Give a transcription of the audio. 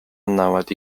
annavad